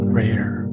rare